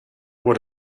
what